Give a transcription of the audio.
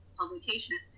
publication